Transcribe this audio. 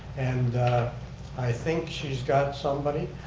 and i think she's got somebody.